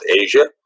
Asia